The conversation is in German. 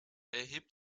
erhebt